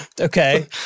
Okay